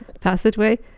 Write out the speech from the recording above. passageway